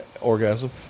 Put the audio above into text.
Orgasm